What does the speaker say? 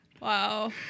Wow